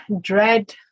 dread